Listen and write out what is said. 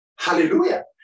Hallelujah